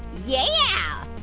yeah.